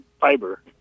fiber